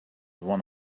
one